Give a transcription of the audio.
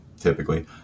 typically